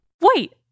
Wait